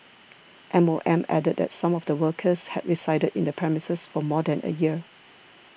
M O M added that some of the workers had resided in the premises for more than a year